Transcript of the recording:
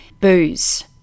booze